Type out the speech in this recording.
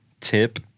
tip